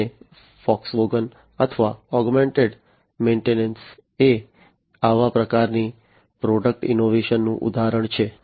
અને ફોક્સવેગન અથવા augmented maintenance એ આવા પ્રકારની પ્રોડક્ટ ઇનોવેશનનું ઉદાહરણ છે